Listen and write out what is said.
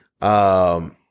Um-